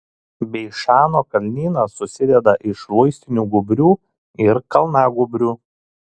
beišano kalnynas susideda iš luistinių gūbrių ir kalnagūbrių